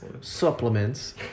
supplements